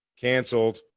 Canceled